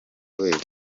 wese